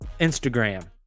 Instagram